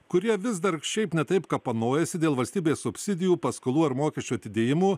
kurie vis dar šiaip ne taip kapanojasi dėl valstybės subsidijų paskolų ar mokesčių atidėjimų